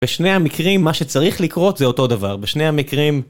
בשני המקרים, מה שצריך לקרות זה אותו דבר, בשני המקרים...